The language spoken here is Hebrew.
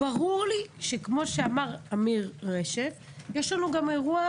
ברור לי שכמו שאמר אמיר רשף, יש לנו גם אירוע